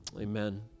Amen